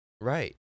Right